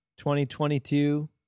2022